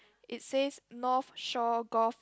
it says North Shore golf